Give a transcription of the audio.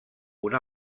una